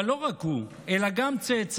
אבל לא רק הוא, אלא גם צאצאיו,